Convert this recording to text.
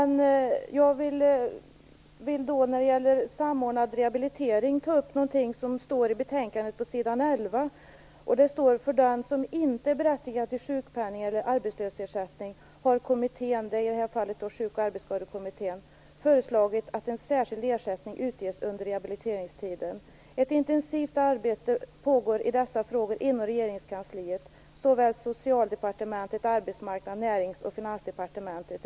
När det gäller detta med samordnad rehabilitering vill jag anknyta till vad som står på s. 11 i betänkandet: "För den som inte är berättigad till sjukpenning eller arbetslöshetsersättning har kommittén" Ett intensivt arbete i dessa frågor pågår inom regeringskansliet, såväl inom Socialdepartementet som inom Arbetsmarknads-, Närings och Finansdepartementen.